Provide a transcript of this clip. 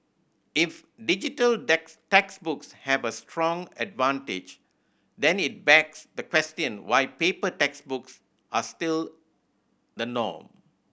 if digital textbooks have a strong advantage then it begs the question why paper textbooks are still the norm